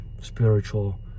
spiritual